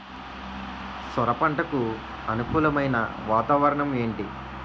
సొర పంటకు అనుకూలమైన వాతావరణం ఏంటి?